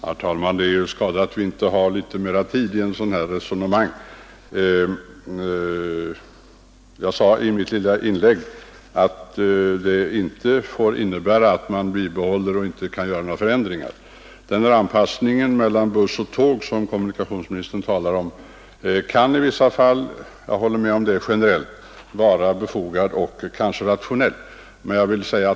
Herr talman! Det är skada att vi inte har mera tid på oss att föra denna diskussion. Jag framhöll i mitt tidigare inlägg att vad som här sagts inte får innebära att man inte får göra några förändringar. Den anpassning mellan buss och tåg som kommunikationsministern talar om kan i vissa fall vara befogad och kanske också rationell. Jag håller med om det.